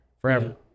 forever